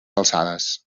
alçades